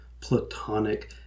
platonic